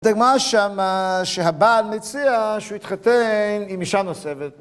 נאמר שם שהבעל מציע שהוא יתחתן עם אישה נוספת